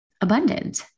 abundant